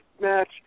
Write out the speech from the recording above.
match